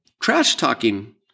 trash-talking